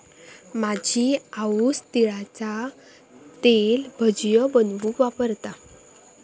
माझी आऊस तिळाचा तेल भजियो बनवूक वापरता